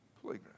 playground